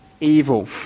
evil